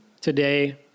today